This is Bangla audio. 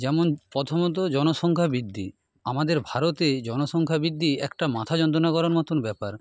যেমন প্রথমত জনসংখ্যা বৃদ্ধি আমাদের ভারতে জনসংখ্যা বৃদ্ধি একটা মাথা যন্ত্রণা করার মতন ব্যাপার